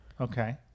Okay